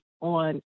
on